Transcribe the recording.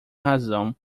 razão